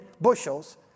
bushels